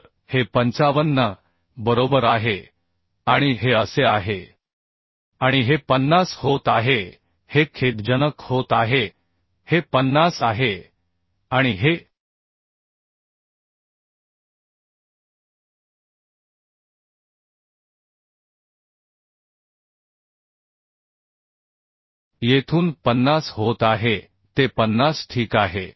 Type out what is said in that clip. तर हे 55 बरोबर आहे आणि हे असे आहे आणि हे 50 होत आहे हे खेदजनक होत आहे हे 50 आहे आणि हे येथून 50 होत आहे ते 50 ठीक आहे